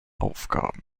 aufgaben